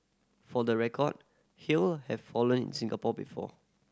for the record hail have fallen in Singapore before